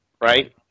right